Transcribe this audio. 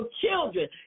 children